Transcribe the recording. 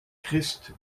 christ